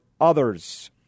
others